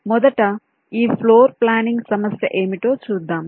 కాబట్టిమొదట ఈ floor planning సమస్య ఏమిటో చూద్దాం